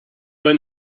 went